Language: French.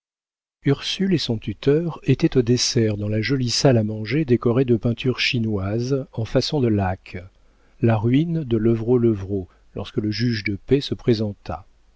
ursule et son tuteur étaient au dessert dans la jolie salle à manger décorée de peintures chinoises en façon de laque la ruine de levrault levrault lorsque le juge de paix se présenta